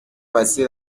passé